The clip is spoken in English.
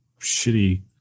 shitty